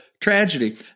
tragedy